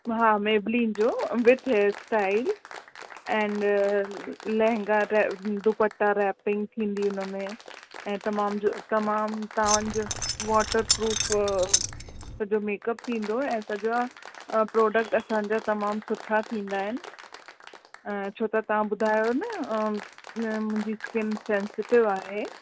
हा मेबिलिन जो with hair style and lehenga त दुपटा रैपिंग थींदी उन में ऐं तमाम जो तमामु तव्हांजो वॉटर प्रूफ़ सॼो मेक अप थींदो ऐं सॼा प्रॉडक्ट असांजा तमामु सुठा थींदा आहिनि छो त तव्हां ॿुधायो न न मुंहिंजी स्किन सेनिसिटिव आहे